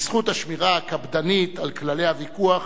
בזכות השמירה הקפדנית על כללי הוויכוח,